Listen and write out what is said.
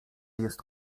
jest